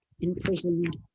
imprisoned